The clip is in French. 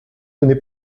n’est